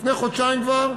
לפני חודשיים כבר,